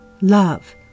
love